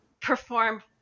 perform